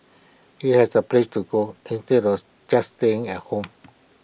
he has A place to go to instead of just staying at home